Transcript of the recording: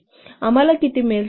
तर आम्हाला किती मिळेल